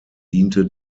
diente